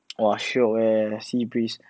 !wah! shiok eh sea based